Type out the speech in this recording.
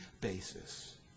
basis